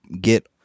get